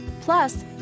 Plus